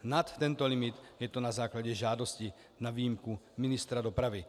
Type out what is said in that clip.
Nad tento limit je to na základě žádosti na výjimku ministra dopravy.